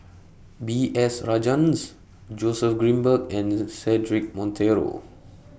B S Rajhans Joseph Grimberg and Cedric Monteiro